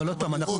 אבל עוד פעם.